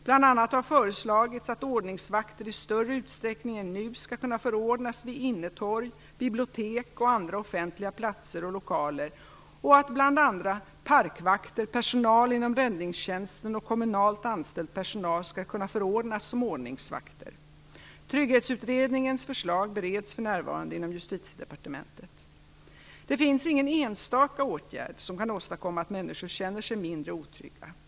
Bl.a. har föreslagits att ordningsvakter i större utsträckning än nu skall kunna förodnas vid innetorg, bibliotek och andra offentliga platser och lokaler och att bl.a. parkvakter, personal inom räddningstjänsten och kommunalt anställd personal skall kunna förordnas som ordningsvakter. Trygghetsutredningens förslag bereds för närvarande inom Justitiedepartementet. Det finns ingen enstaka åtgärd som kan åstadkomma att människor känner sig mindre otrygga.